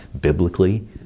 biblically